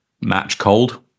match-cold